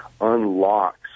unlocks